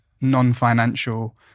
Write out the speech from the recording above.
non-financial